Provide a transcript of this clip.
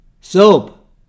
soap